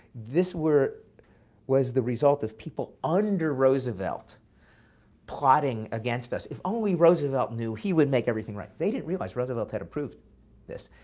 this was the result of people under roosevelt plotting against us. if only roosevelt knew, he would make everything right. they didn't realize roosevelt had approved this.